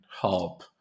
help